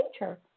nature